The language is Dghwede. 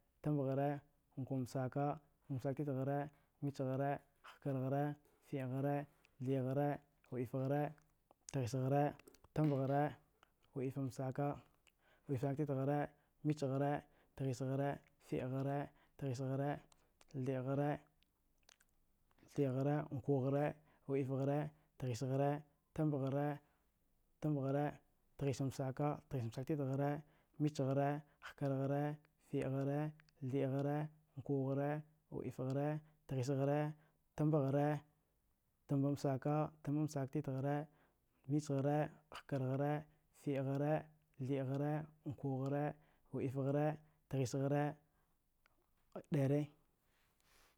Tambaghara, nkumsaka. nkumsaktitghara, michghara, hkarghara, fiɗghara, thiɗghara, wɗifghara, tghisghara, tambaghara, wɗifamsaka, wɗifamsak titghara, michghara, tghisghare fiɗghara, tghisghara, thiɗdgara, nkughra wɗifghara tghisghara tambaghara, tambaghara, tghissamsaka. tghissamsaktitghara, michghara, hkarghara, fiɗghara, thiɗghra nkughara wɗifghara tghisghara tambaghara, tambammsaka. tambammsaktitghra, michghara hkarghara, fiɗghra, thiɗghara, nkughara, wɗifghara, tghisghara, ɗare.